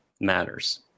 matters